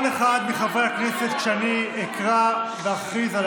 כל אחד מחברי הכנסת, כשאני אקרא ואכריז על